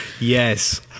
Yes